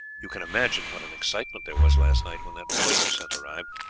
you can imagine what an excitement there was last night when that boy you sent arrived.